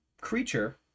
creature